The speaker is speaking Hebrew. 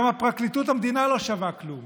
גם פרקליטות המדינה לא שווה כלום